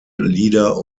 lieder